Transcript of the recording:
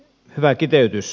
hyvä kiteytys